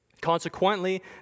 Consequently